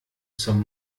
zum